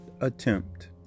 attempt